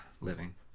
living